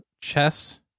chess